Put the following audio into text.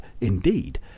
indeed